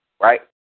Right